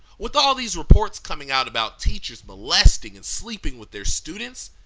with all these reports coming out about teachers molesting and sleeping with their students,